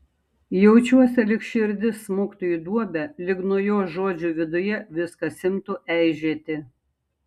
jaučiuosi lyg širdis smuktų į duobę lyg nuo jos žodžių viduje viskas imtų eižėti